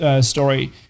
story